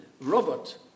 robot